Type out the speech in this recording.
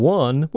one